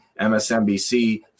MSNBC